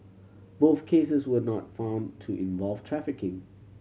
both cases were not found to involve trafficking